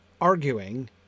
arguing